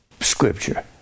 scripture